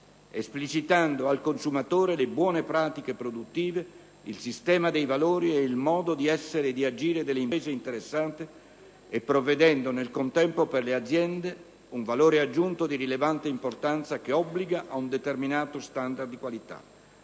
esplicitando al consumatore le buone pratiche produttive, il sistema dei valori e il modo di essere e di agire delle imprese interessate e prevedendo, nel contempo, per le aziende un valore aggiunto di rilevante importanza che obbliga ad un determinato standard di qualità.